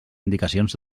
indicacions